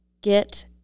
get